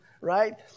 right